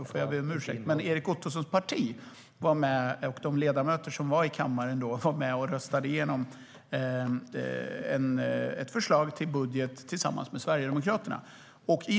Då får jag be om ursäkt. Men Erik Ottosons parti, de ledamöter som var i kammaren, röstade igenom ett förslag till budget tillsammans med Sverigedemokraterna.